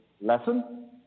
lesson